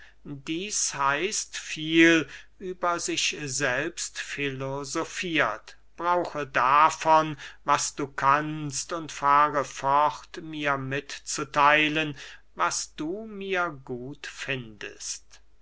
dieß heißt viel über sich selbst filosofiert brauche davon was du kannst und fahre fort mir mitzutheilen was du mir gut findest